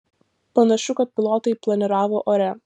panašu kad pilotai planiravo ore